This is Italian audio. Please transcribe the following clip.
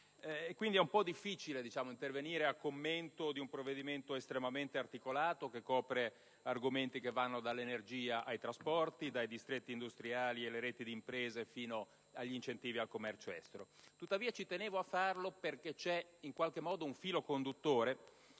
Quindi, è un po' difficile intervenire a commento di un provvedimento estremamente articolato, che copre argomenti che vanno dall'energia ai trasporti, dai distretti industriali alle reti di impresa, fino agli incentivi al commercio estero. Tuttavia, ci tenevo a farlo perché c'è, in qualche modo, un filo conduttore